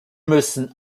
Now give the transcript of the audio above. müssen